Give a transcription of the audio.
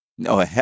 No